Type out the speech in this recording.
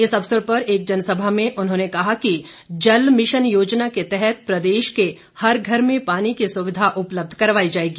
इस अवसर पर एक जनसभा में उन्होंने कहा कि जल मिशन योजना के तहत प्रदेश के हर घर में पानी की सुविधा उपलब्ध करवाई जाएगी